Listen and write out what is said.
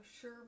sure